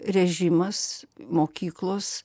režimas mokyklos